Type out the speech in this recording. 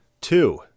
Two